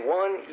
one